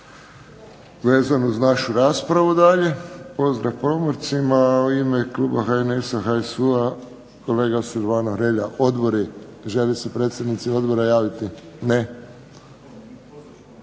vezano uz našu raspravu dalje. Pozdrav pomorcima. A u ime kluba HNS-a, HSU-a kolega Silvano Hrelja. Odbori? Žele se predsjednici odbora javiti? Ne.